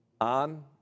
on